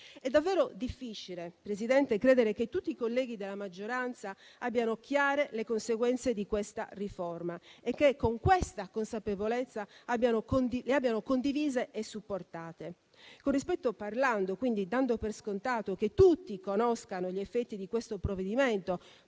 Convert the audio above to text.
signora Presidente, credere che tutti i colleghi della maggioranza abbiano chiare le conseguenze di questa riforma e che con questa consapevolezza le abbiano condivise e supportate. Con rispetto parlando, diamo per scontato che tutti conoscano gli effetti di questo provvedimento,